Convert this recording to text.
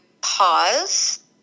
pause